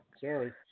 Sorry